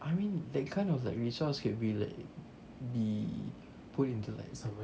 I mean that kind of like resource can be like be put into like